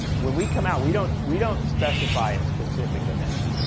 when we come out, we don't we don't specify a specific amendment.